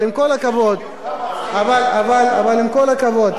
אדוני היושב-ראש,